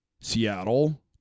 Seattle